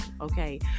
okay